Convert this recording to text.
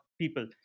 people